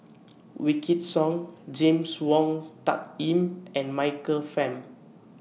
Wykidd Song James Wong Tuck Yim and Michael Fam